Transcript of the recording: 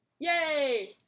Yay